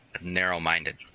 narrow-minded